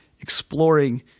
exploring